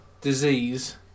Disease